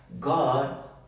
God